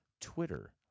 Twitter